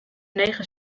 negen